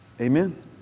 Amen